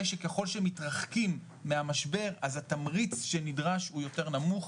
שככל שמתרחקים מהמשבר אז התמריץ שנדרש הוא יותר נמוך.